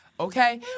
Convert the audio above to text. okay